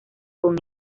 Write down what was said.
con